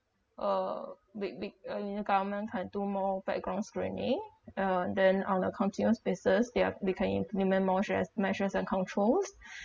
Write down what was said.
uh big big uh you know government can do more background screening uh then on the continuous basis they are they can implement more shares~ measures and controls